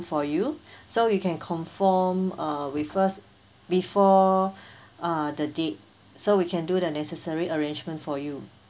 for you so you can confirm uh we first before uh the date so we can do the necessary arrangement for you